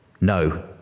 No